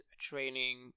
training